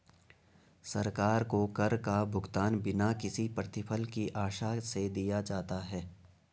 सरकार को कर का भुगतान बिना किसी प्रतिफल की आशा से दिया जाता है